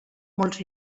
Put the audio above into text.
molts